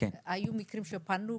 היו מקרים שפנו?